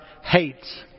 hates